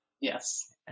Yes